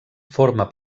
forma